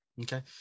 Okay